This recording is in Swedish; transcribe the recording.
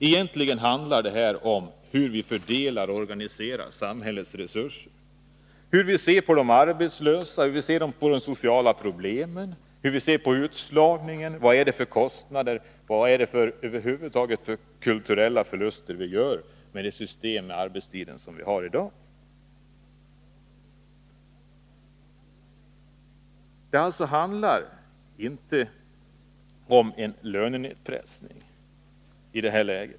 Egentligen handlar detta om hur vi fördelar och organiserar samhällets resurser, hur vi ser på de arbetslösa, på de sociala problemen, på utslagningen, på vilka kostnader och vilka kulturella förluster över huvud taget vi får med det system för arbetstid som vi har i dag. Det handlar alltså inte om en lönenedpressning i detta läge.